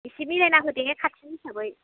एसे मिलायना हो दे खाथिनि हिसाबै